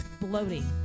bloating